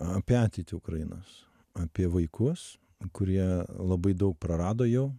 apie ateitį ukrainos apie vaikus kurie labai daug prarado jau